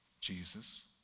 Jesus